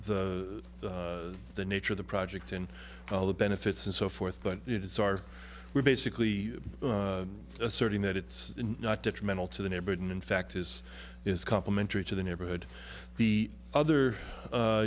what the nature of the project and all the benefits and so forth but it is our we're basically asserting that it's not detrimental to the neighborhood and in fact is is complimentary to the neighborhood the other u